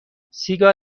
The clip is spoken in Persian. سیگار